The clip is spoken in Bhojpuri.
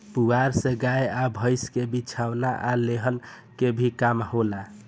पुआरा से गाय आ भईस के बिछवाना आ लेहन के भी काम होला